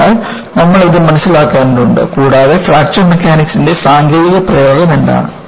അതിനാൽ നമ്മൾ ഇത് മനസിലാക്കേണ്ടതുണ്ട് കൂടാതെ ഫ്രാക്ചർ മെക്കാനിക്സിന്റെ സാങ്കേതിക പ്രയോഗം എന്താണ്